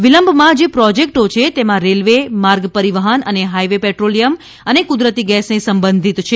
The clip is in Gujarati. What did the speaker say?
વિલંબમાં જે પ્રોજેક્ટો છે તેમાં રેલવે માર્ગપરિવહન અને હાઇવે પેટ્રોલિયમ અને કુદરતી ગેસને સંબંધિત છે